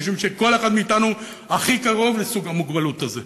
משום שכל אחד מאתנו הכי קרוב לסוג המוגבלות הזה,